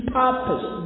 purpose